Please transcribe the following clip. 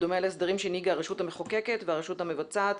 בדומה להסדרים שהנהיגו הרשות המחוקקת והרשות המבצעת,